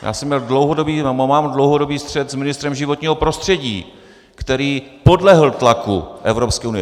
Já jsem měl dlouhodobý, nebo mám dlouhodobý střet s ministrem životního prostředí, který podlehl tlaku Evropské unie.